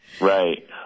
Right